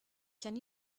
can